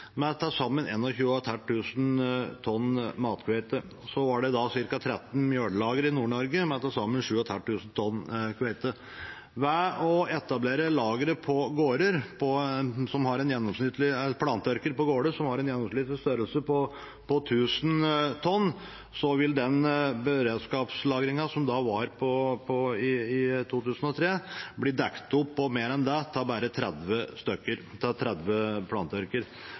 med til sammen 21 500 tonn mathvete. Så var det ca. 13 mellagre i Nord-Norge med til sammen 7 500 tonn hvete. Ved å etablere plantørker som har en gjennomsnittlig størrelse på 1 000 tonn, på gårder, vil beredskapslagringen som var i 2003, bli dekket opp og mer enn det av bare 30